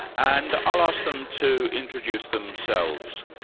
and i'll ask them to introduce themselves.